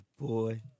boy